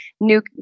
new